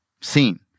Seen